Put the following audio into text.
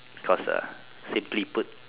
cause uh simply put